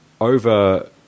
over